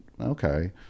Okay